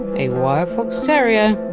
a wire fox terrier.